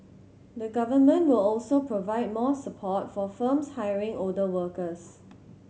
the Government will also provide more support for firms hiring older workers